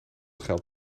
geld